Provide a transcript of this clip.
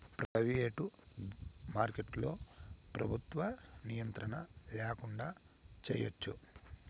private మార్కెట్లో ప్రభుత్వ నియంత్రణ ల్యాకుండా చేయచ్చు